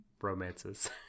romances